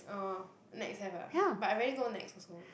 oh Nex have ah but I rarely go Nex also